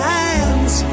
hands